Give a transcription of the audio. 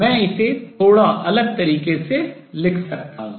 मैं इसे थोड़ा अलग तरीके से लिख सकता हूँ